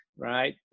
Right